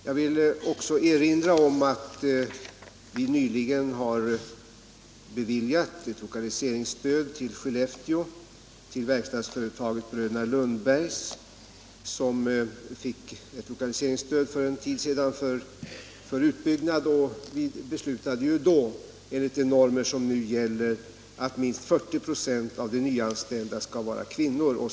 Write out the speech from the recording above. Jag vill också erinra om att vi nyligen har beviljat ett lokaliseringsstöd till Skellefteå, nämligen till verkstadsföretaget Bröderna Lundberg för utbyggnad. Vi beslutade då, enligt de normer som nu gäller, att minst 40 26 av de nyanställda skall vara kvinnor.